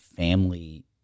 Family